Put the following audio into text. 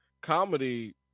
comedy